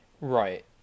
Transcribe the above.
Right